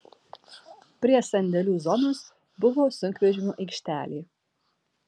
prie sandėlių zonos buvo sunkvežimių aikštelė